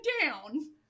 down